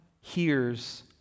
hears